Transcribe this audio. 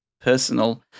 personal